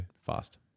fast